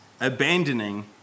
abandoning